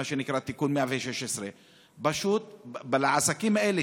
מה שנקרא תיקון 116. העסקים האלה,